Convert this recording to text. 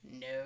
No